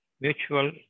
mutual